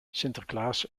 sinterklaas